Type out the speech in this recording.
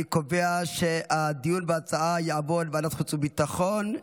אני קובע שהדיון בהצעה יעבור לוועדת החוץ והביטחון,